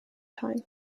time